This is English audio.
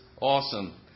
awesome